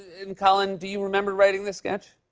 and colin, do you remember writing this sketch?